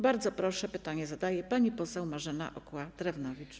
Bardzo proszę, pytanie zadaje pani poseł Marzena Okła-Drewnowicz.